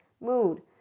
mood